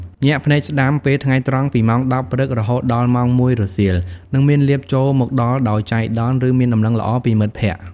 ញាក់ភ្នែកស្តាំ ពេលថ្ងៃត្រង់ ពីម៉ោង ១០ ព្រឹក រហូតដល់ ១ រសៀល នឹងមានលាភចូលមកដល់ដោយចៃដន្យ ឬមានដំណឹងល្អពីមិត្តភក្តិ។